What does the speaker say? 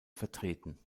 vertreten